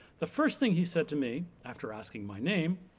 the first thing he said to me after asking my name,